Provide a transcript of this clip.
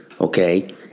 Okay